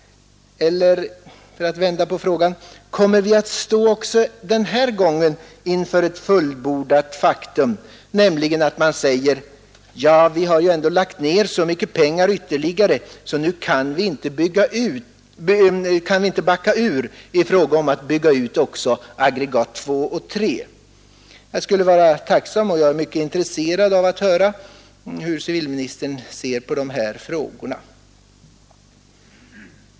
Eller för att vända på frågan: Kommer vi även denna gång att stå inför ett fullbordat faktum, nämligen att man säger, att vi har ändå lagt ner så mycket pengar ytterligare att nu kan vi inte backa ur i fråga om att bygga ut också aggregaten 2 och 3? Jag är mycket intresserad av att höra hur civilministern ser på dessa frågor.